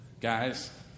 guys